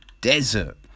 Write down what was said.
Desert